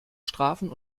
strafen